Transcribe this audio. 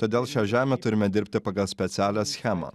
todėl šią žemę turime dirbti pagal specialią schemą